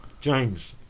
James